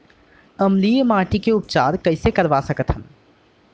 अम्लीय माटी के उपचार कइसे करवा सकत हव?